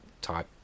type